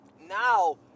Now